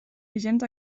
vigents